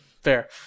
Fair